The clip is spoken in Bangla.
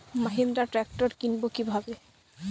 মাহিন্দ্রা ট্র্যাক্টর কিনবো কি ভাবে?